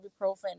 ibuprofen